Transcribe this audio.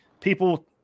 people –